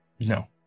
No